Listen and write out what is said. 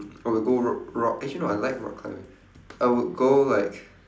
I would go ro~ rock actually no I like rock climbing I would go like